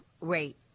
rate